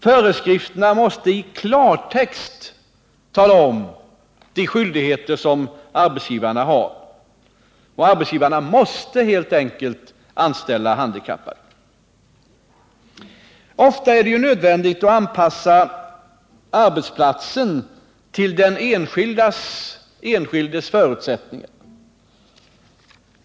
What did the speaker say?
Föreskrifterna måste i klartext tala om de skyldigheter som arbetsgivarna har, och arbetsgivarna måste helt enkelt anställa handikappade. Ofta är det nödvändigt att anpassa arbetsplatsen till den enskildes förutsättningar.